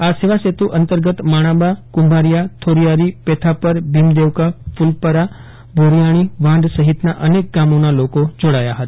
આ સેવાસેતુ અંતર્ગત માણાબા કુંભારિયા થોરિયારી પેથાપર ભીમદેવકા કુલપરા ભોરિયાણી વાંઢ સહિતના અનેક ગામોના લોકો જોડાયા હતા